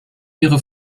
ihre